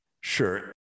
sure